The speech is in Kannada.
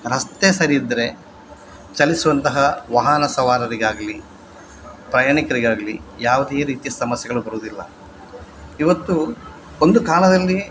ರಸ್ತೆ ಸರಿ ಇದ್ದರೆ ಚಲಿಸುವಂತಹ ವಾಹನ ಸವಾರರಿಗಾಗಲೀ ಪ್ರಯಾಣಿಕರಿಗಾಗಲೀ ಯಾವುದೇ ರೀತಿ ಸಮಸ್ಯೆಗಳು ಬರುವುದಿಲ್ಲ ಇವತ್ತು ಒಂದು ಕಾಲದಲ್ಲಿ